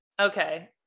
Okay